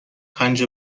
پنج